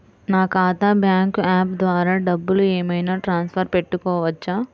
నా ఖాతా bank app ద్వారా డబ్బులు ఏమైనా ట్రాన్స్ఫర్ పెట్టుకోవచ్చా?